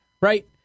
right